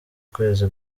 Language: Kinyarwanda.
kwezi